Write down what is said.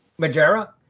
Majera